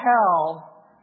hell